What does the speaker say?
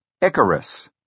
Icarus